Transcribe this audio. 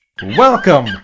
Welcome